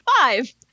Five